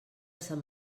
sant